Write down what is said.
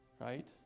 right